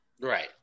Right